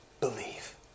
believe